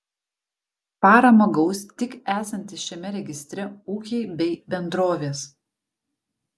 paramą gaus tik esantys šiame registre ūkiai bei bendrovės